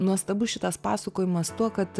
nuostabus šitas pasakojimas tuo kad